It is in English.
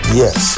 yes